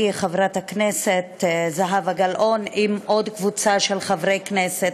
חברת הכנסת זהבה גלאון עם עוד קבוצה של חברי כנסת.